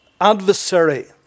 adversary